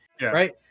right